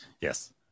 Yes